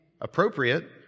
appropriate